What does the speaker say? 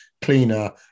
cleaner